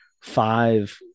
five